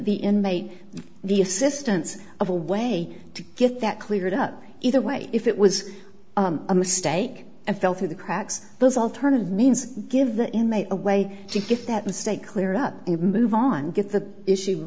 the inmate the assistance of a way to get that cleared up either way if it was a mistake and fell through the cracks those alternative means give the inmate a way to get that mistake cleared up and move on get the issue